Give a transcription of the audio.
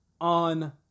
on